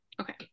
okay